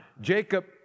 Jacob